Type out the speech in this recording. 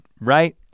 Right